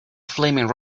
flaming